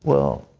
well,